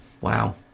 wow